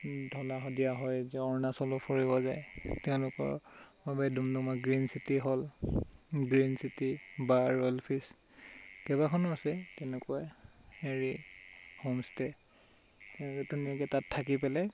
ধলা শদিয়া হৈ অৰুণাচলো ফুৰিব যায় তেওঁলোকৰ বাবে ডুমডুমা গ্ৰীণ চিটি হল গ্ৰীণ চিটি বা ৰয়েল ফিছ কেইবাখনো আছে তেনেকুৱাই হেৰি হোমষ্টে' তেওঁলোক ধুনীয়াকৈ তাত থাকি পেলে